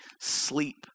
sleep